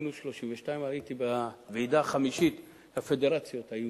מינוס 32. הייתי בוועידה החמישית של הפדרציות היהודיות.